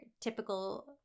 typical